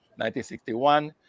1961